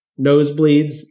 nosebleeds